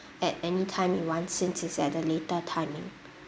at anytime you want since it's at a later timing